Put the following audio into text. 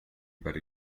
per